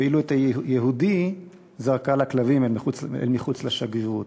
ואילו את היהודי זרקה לכלבים אל מחוץ לשגרירות.